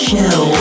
Show